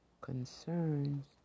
concerns